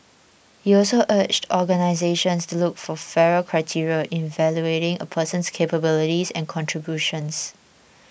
he also urged organisations to look for fairer criteria in evaluating a person's capabilities and contributions